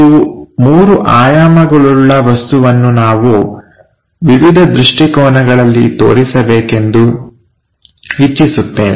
ಮತ್ತು ಮೂರು ಆಯಾಮಗಳುಳ್ಳ ವಸ್ತುವನ್ನು ನಾವು ವಿವಿಧ ದೃಷ್ಟಿಕೋನಗಳಲ್ಲಿ ತೋರಿಸಬೇಕೆಂದು ಇಚ್ಚಿಸುತ್ತೇವೆ